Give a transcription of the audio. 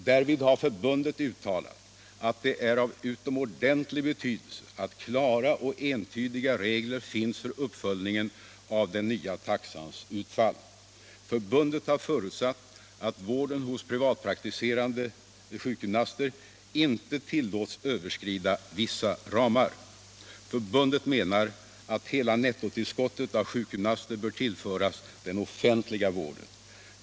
Därvid har förbundet uttalat att det är av utomordentlig betydelse att klara och entydiga regler finns för uppföljningen av den nya taxans utfall. Förbundet har förutsatt att vården hos privatpraktiserande sjukgymnaster inte tillåts överstiga vissa ramar. Förbundet menar att hela nettotillskottet av sjukgymnaster bör tillföras den offentliga vården.